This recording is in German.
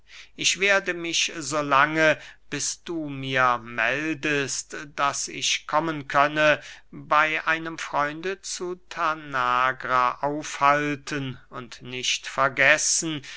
ich werde mich so lange bis du mir meldest daß ich kommen könne bey einem freunde zu tanagra aufhalten und nicht vergessen